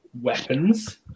weapons